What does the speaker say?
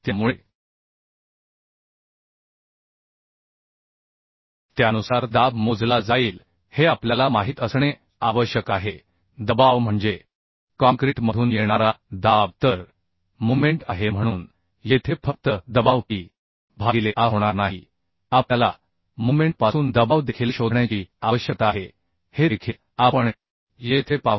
त्यामुळे त्यानुसार दाब मोजला जाईल हे आपल्याला माहित असणे आवश्यक आहे दबाव म्हणजे काँक्रीटमधून येणारा दाब तर मोमेंट आहे म्हणून येथे फक्त दबाव P भागिले a होणार नाही आपल्याला मोमेंट पासून दबाव देखील शोधण्याची आवश्यकता आहे हे देखील आपण येथे पाहू